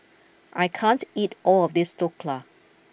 I can't eat all of this Dhokla